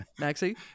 Maxi